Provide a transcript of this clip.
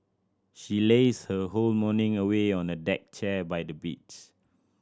she lazed her whole morning away on a deck chair by the beach